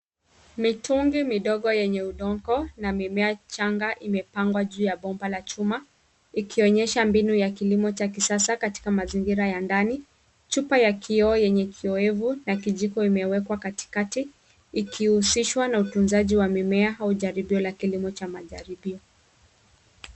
Mitungi midogo yenye udongo na mimea change imepangwa juu ya bomba la chuma ikionyesha mbinu ya kilimo cha kisasa katika mazingira ya ndani, chupa ya kioo yenye kiowevu na kijiko imewekwa katikati ikihusishwa na utunzaji wa mimea au jaribio la kilimo cha majaribio.